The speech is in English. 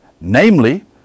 Namely